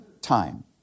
time